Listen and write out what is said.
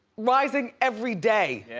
rising every day.